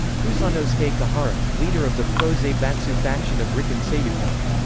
fusanosuke kuhara leader of the pro-zaibatsu faction of rikken seiyukai.